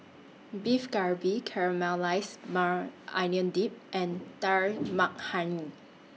Beef Galbi Caramelized Maui Onion Dip and Dal Makhani